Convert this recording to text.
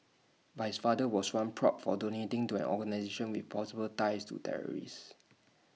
but his father was one pro for donating to an organisation with possible ties to terrorists